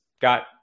got